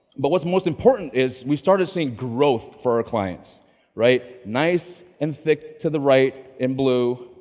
but what's most important is we started seeing growth for our clients right. nice and thick to the right in blue,